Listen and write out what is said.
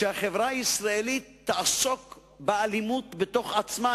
שהחברה הישראלית תעסוק באלימות בתוך עצמה.